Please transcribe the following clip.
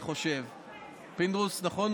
נכון?